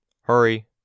Hurry